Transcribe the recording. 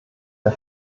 der